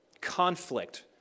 Conflict